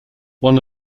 one